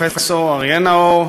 והפרופסור אריה נאור,